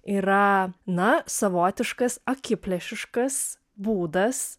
yra na savotiškas akiplėšiškas būdas